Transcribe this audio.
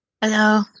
Hello